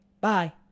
Bye